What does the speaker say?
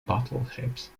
battleships